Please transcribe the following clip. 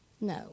No